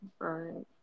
Right